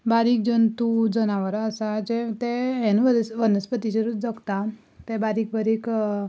बारीक जंतू जनावरां आसा जे ते हेनमरस वनस्पतीचेरूच जगता ते बारीक बारीक